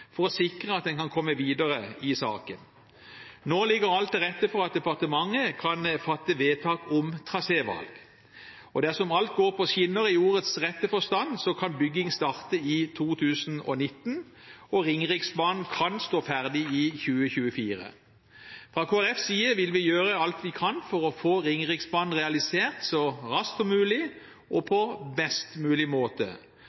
for å sikre at en kan komme videre i saken. Nå ligger alt til rette for at departementet kan fatte vedtak om trasévalg, og dersom alt går på skinner, i ordets rette forstand, kan bygging starte i 2019, og Ringeriksbanen kan stå ferdig i 2024. Fra Kristelig Folkepartis side vil vi gjøre alt vi kan for å få Ringeriksbanen realisert så raskt som mulig og på best mulig måte,